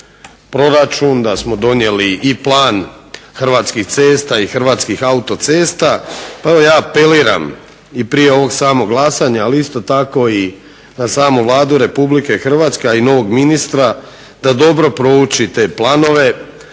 da smo donijeli i plan Hrvatskih cesta i Hrvatskih autocesta pa evo ja apeliram i prije ovog samog glasanja, ali isto tako i na samu Vladu RH, a i novog ministra da dobro prouči te planove,